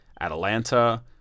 Atlanta